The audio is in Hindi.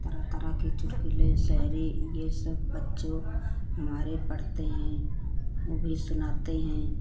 तरह तरह के चुटकुले शायरी यह सब बच्चे हमारे पढ़ते हैं वह भी सुनाते हैं